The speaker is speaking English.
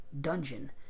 dungeon